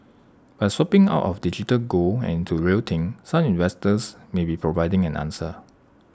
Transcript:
by swapping out of digital gold and into real thing some investors may be providing an answer